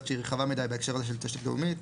שהיא רחבה מידי בהקשר הזה של תשתית לאומית,